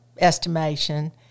estimation